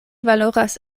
valoras